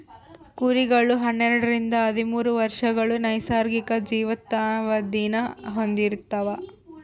ಕುರಿಗಳು ಹನ್ನೆರಡರಿಂದ ಹದಿಮೂರು ವರ್ಷಗಳ ನೈಸರ್ಗಿಕ ಜೀವಿತಾವಧಿನ ಹೊಂದಿರ್ತವ